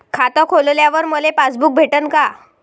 खातं खोलल्यावर मले पासबुक भेटन का?